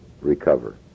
Recover